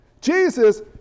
Jesus